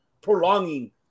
Prolonging